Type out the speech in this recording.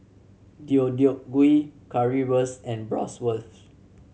Deodeok Gui Currywurst and Bratwurst